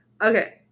okay